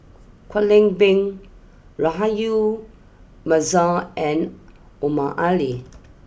Kwek Leng Beng Rahayu Mahzam and Omar Ali